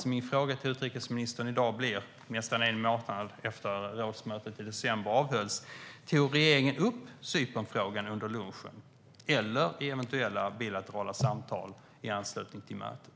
Min fråga till utrikesministern i dag, nästan en månad efter att rådsmötet i december avhölls, blir: Tog regeringen upp Cypernfrågan under lunchen eller i eventuella bilaterala samtal i anslutning till mötet?